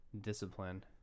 discipline